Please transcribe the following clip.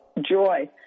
joy